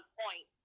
point